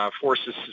forces